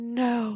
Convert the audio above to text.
no